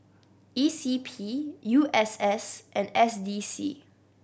E C P U S S and S D C